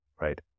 right